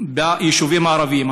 ביישובים הערביים.